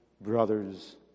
brothers